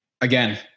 Again